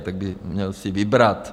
Tak by měl si vybrat.